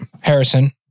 Harrison